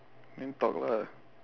then talk lah